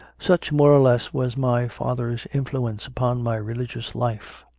such, more or less, was my father s influence upon my religious life.